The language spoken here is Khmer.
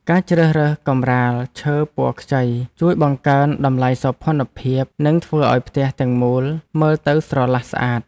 ការជ្រើសរើសកម្រាលឈើពណ៌ខ្ចីជួយបង្កើនតម្លៃសោភ័ណភាពនិងធ្វើឱ្យផ្ទះទាំងមូលមើលទៅស្រឡះស្អាត។